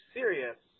serious